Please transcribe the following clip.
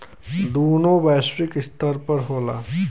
दोनों वैश्विक स्तर पर होला